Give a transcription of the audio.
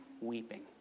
weeping